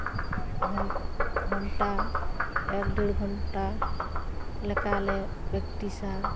ᱜᱷᱚᱱᱴᱟ ᱮᱠ ᱰᱮᱲ ᱜᱷᱚᱱᱴᱟ ᱞᱮᱠᱟᱞᱮ ᱯᱮᱠᱴᱤᱥᱟ